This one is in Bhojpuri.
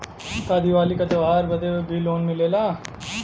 का दिवाली का त्योहारी बदे भी लोन मिलेला?